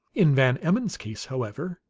in van emmon's case, however,